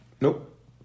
Nope